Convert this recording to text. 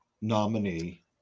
nominee